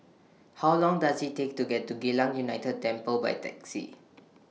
How Long Does IT Take to get to Geylang United Temple By Taxi